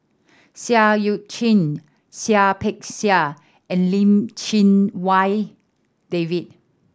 Seah Eu Chin Seah Peck Seah and Lim Chee Wai David